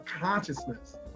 consciousness